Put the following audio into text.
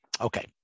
Okay